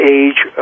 age